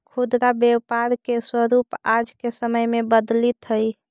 खुदरा व्यापार के स्वरूप आज के समय में बदलित हइ